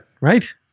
right